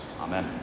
Amen